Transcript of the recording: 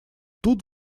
тут